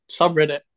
subreddit